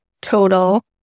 total